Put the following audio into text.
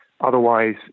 Otherwise